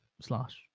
slash